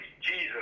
Jesus